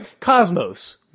Cosmos